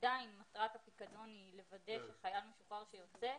עדיין מטרת הפיקדון היא לוודא שחייל משוחרר שיוצא,